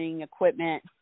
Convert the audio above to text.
equipment